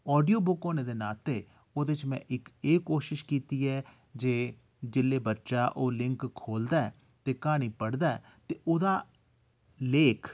ते audio book होने दे नाते ओह्दे च में इक एह् कोशिश कीती ऐ जे जेल्ले बच्चा ओह् लिंक खोढदा ऐ ते क्हानी पढ़दा ऐ ते ओह्दा लेख